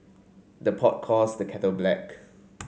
the pot calls the kettle black